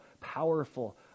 powerful